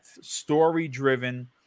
story-driven